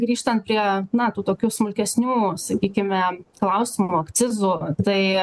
grįžtan prie na tų tokių smulkesnių sakykime klausimų akcizų tai